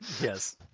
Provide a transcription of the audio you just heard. Yes